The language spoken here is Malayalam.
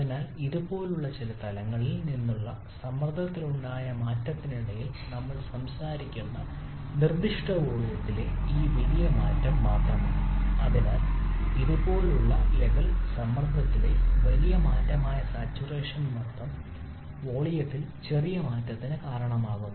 അതിനാൽ ഇതുപോലുള്ള ചില തലങ്ങളിൽ നിന്നുള്ള സമ്മർദ്ദത്തിലുണ്ടായ മാറ്റത്തിനിടയിൽ നമ്മൾ സംസാരിക്കുന്ന നിർദ്ദിഷ്ട വോളിയത്തിലെ ഈ വലിയ മാറ്റം മാത്രമാണ് അതിനാൽ ഇതുപോലുള്ള ലെവൽ സമ്മർദ്ദത്തിലെ വലിയ മാറ്റമായ സാച്ചുറേഷൻ മർദ്ദം വോളിയത്തിൽ ചെറിയ മാറ്റത്തിന് കാരണമാകുന്നു